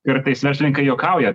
kartais verslininkai juokauja